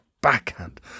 backhand